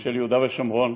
של יהודה ושומרון.